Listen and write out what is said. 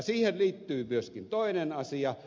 siihen liittyy myöskin toinen asia